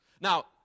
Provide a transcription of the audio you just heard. Now